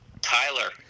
Tyler